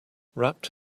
wrapped